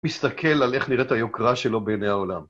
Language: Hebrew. מסתכל על איך נראית היוקרה שלו בעיני העולם.